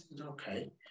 Okay